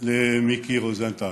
למיקי רוזנטל.